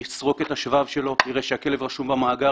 הוא יסרוק את השבב שלו ויראה שהכלב רשום במאגר,